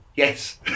Yes